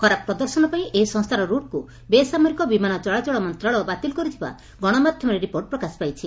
ଖରାପ ପ୍ରଦର୍ଶନ ପାଇଁ ଏହି ସଂସ୍ଚାର ରୁଟ୍କୁ ବେସାମରିକ ବିମାନ ଚଳାଚଳ ମନ୍ତଶାଳୟ ବାତିଲ କରିଥିବା ଗଶମାଧ୍ଧମରେ ରିପୋର୍ଟ ପ୍ରକାଶ ପାଇଛି